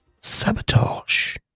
Sabotage